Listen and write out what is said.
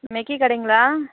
மெக்கி கடைங்களா